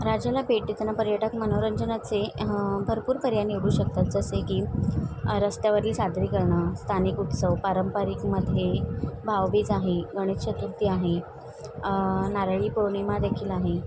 राज्याला भेट देताना पर्यटक मनोरंजनाचे भरपूर पर्यान एवढू शकतात जसे की रस्त्यावरील सादरी करणं स्थानिक उत्सव पारंपारिकमधे भावभीज आहे गणेश चिती आहे नाराळी पौर्णिमादेखील आहे